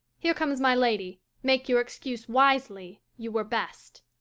here comes my lady make your excuse wisely, you were best.